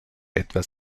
etwa